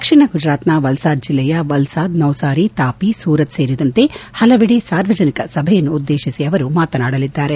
ದಕ್ಷಿಣ ಗುಜರಾತ್ನ ವಲ್ಲಾದ್ ಜಿಲ್ಲೆಯ ವಲ್ಲಾದ್ ನೌಸಾರಿ ತಾಪಿ ಸೂರತ್ ಸೇರಿದಂತೆ ಪಲವಡೆ ಸಾರ್ವಜನಿಕ ಸಭೆಯನ್ನುದ್ದೇತಿಸಿ ಮಾತನಾಡಲಿದ್ದಾರೆ